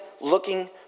looking